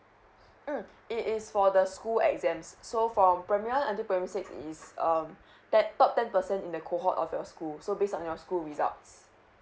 mm it is for the school exams so from primary one until primary six it's um ten top ten percent in the cohort of your school so based on your school results